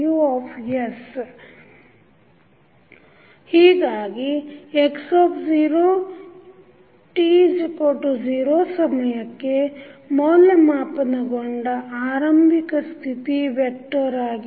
sXs x0AXsBUs ಹೀಗಾಗಿ x t0 ಸಮಯಕ್ಕೆ ಮೌಲ್ಯಮಾಪನಗೊಂಡ ಆರಂಭಿಕ ಸ್ಥಿತಿ ವೆಕ್ಟರ್ ಆಗಿದೆ